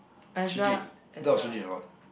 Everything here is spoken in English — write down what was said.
Su-Jin we thought of Su-Jin a lot